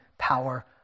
power